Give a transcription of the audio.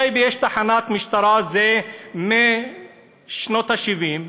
בטייבה יש תחנת משטרה משנות ה-70,